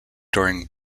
during